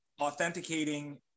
authenticating